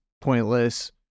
pointless